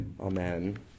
Amen